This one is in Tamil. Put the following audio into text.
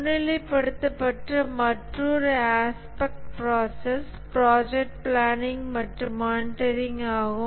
முன்னிலைப்படுத்தப்பட்ட மற்றொரு ஆஸ்பெக்ட் ப்ராசஸ் ப்ராஜெக்ட் பிளானிங் மற்றும் மானிட்டரிங் ஆகும்